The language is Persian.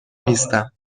نیستم